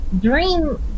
dream